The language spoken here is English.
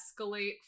escalate